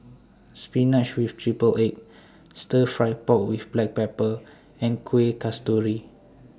Spinach with Triple Egg Stir Fry Pork with Black Pepper and Kueh Kasturi